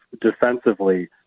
defensively